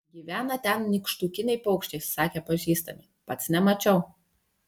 gyvena ten nykštukiniai paukščiai sakė pažįstami pats nemačiau